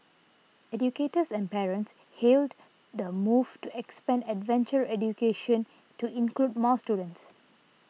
educators and parents hailed the move to expand adventure education to include more students